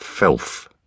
Filth